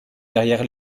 derrière